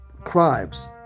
crimes